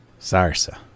Sarsa